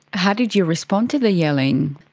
how did you respond to the yelling?